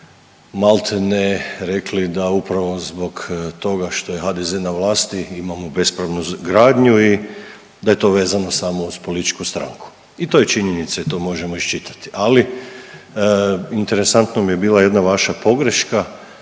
maltene rekli da upravo zbog toga što je HDZ na vlasti imamo bespravnu gradnju i da je to vezano samo uz političku stranku i to je činjenica i to možemo isčitati. Ali interesantno mi je bila vaša pogreška,